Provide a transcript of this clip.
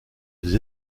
des